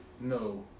No